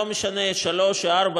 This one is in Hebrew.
לא משנה שלוש או ארבע,